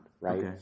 right